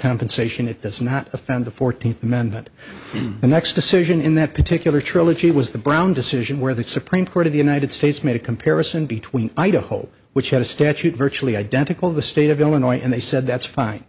compensation it does not offend the fourteenth amendment and the next decision in that particular trilogy was the brown decision where the supreme court of the united states made a comparison between idaho which had a statute virtually identical the state of illinois and they said that's fine